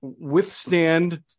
withstand